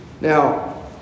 Now